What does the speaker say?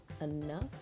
enough